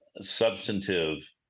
substantive